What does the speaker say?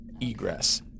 egress